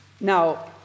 Now